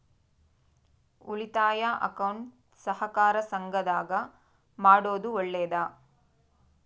ಉಳಿತಾಯ ಅಕೌಂಟ್ ಸಹಕಾರ ಸಂಘದಾಗ ಮಾಡೋದು ಒಳ್ಳೇದಾ?